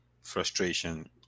frustration